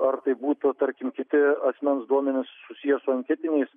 ar tai būtų tarkim kiti asmens duomenys susiję su anketiniais